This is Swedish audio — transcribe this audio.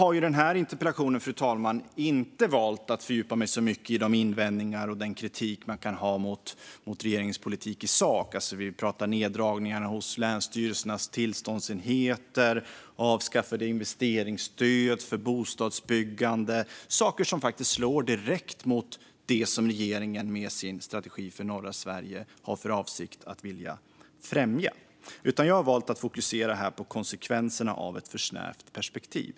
Jag har i den här interpellationen inte valt att fördjupa mig så mycket i de invändningar och den kritik man kan ha mot regeringens politik i sak, sådant som neddragningarna hos länsstyrelsernas tillståndsenheter och avskaffade investeringsstöd för bostadsbyggande - saker som faktiskt slår direkt mot det som regeringen med sin strategi för norra Sverige vill främja. Jag har i stället valt att fokusera på konsekvenserna av ett för snävt perspektiv.